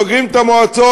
סוגרים את המועצות,